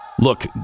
Look